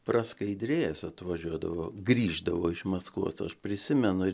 praskaidrėjęs atvažiuodavo grįždavo iš maskvos aš prisimenu